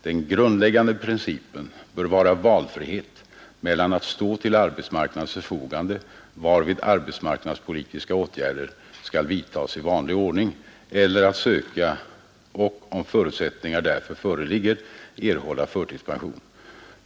Den grundläggande principen bör vara valfrihet mellan att stå till arbetsmarknadens förfogande, varvid arbetsmarknadspolitiska åtgärder skall vidtas i vanlig ordning, eller att söka och, om förutsättningar därför föreligger, erhålla förtidspension.